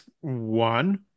one